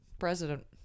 president